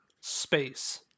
space